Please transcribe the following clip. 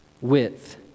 width